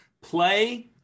play